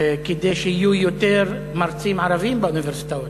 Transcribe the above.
כדי שיהיו יותר מרצים ערבים באוניברסיטאות.